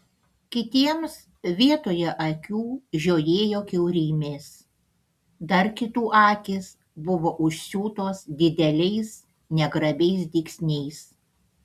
kitiems vietoje akių žiojėjo kiaurymės dar kitų akys buvo užsiūtos dideliais negrabiais dygsniais